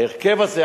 ההרכב הזה,